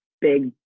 big